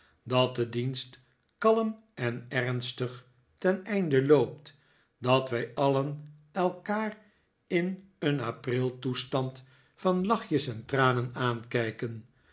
dat de dienst kalm en ernstig ten einde loopt dat wij alien elkaar in een april toestand van lachjes en tranen aankijken